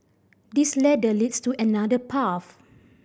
this ladder leads to another path